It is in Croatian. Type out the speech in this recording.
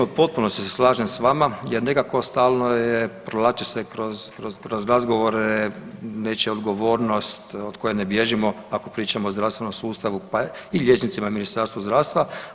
U potpunosti se slažem sa vama, jer nekako stalno provlači se kroz razgovore nečija odgovornost od koje ne bježimo ako pričamo o zdravstvenom sustavu, pa i liječnicima i Ministarstvu zdravstva.